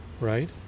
Right